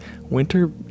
winter